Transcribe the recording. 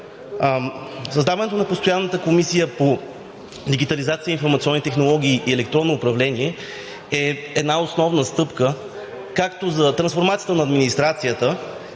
Създаването на постоянната комисия по дигитализация, информационни технологии и електронно управление е една основна стъпка както за трансформацията на администрацията,